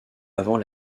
avant